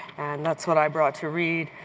and that's what i brought to read.